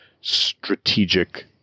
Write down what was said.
strategic